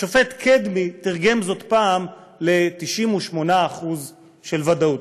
השופט קדמי תרגם זאת פעם ל-98% של ודאות.